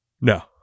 No